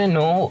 no